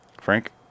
Frank